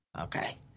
Okay